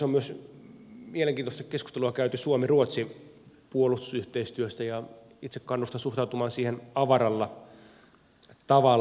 on myös mielenkiintoista keskustelua käyty suomiruotsi puolustusyhteistyöstä ja itse kannustan suhtautumaan siihen avaralla tavalla